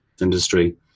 industry